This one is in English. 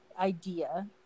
idea